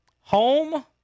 Home